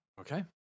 Okay